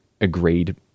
agreed